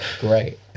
Great